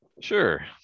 Sure